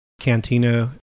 Cantina